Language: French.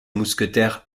mousquetaire